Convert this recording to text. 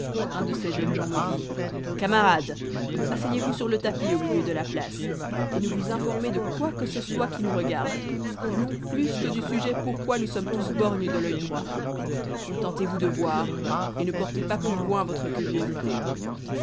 un de ces jeunes gens me dit camarade asseyez-vous sur le tapis au milieu de la place et ne vous informez de quoi que ce soit qui nous regarde non plus que du sujet pourquoi nous sommes tous borgnes de l'oeil droit contentez-vous de voir et ne portez pas plus loin votre curiosité